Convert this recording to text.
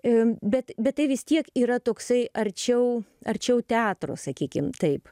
ir bet bet tai vis tiek yra toksai arčiau arčiau teatro sakykim taip